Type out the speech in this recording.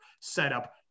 setup